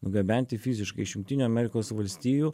nugabenti fiziškai iš jungtinių amerikos valstijų